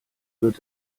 wird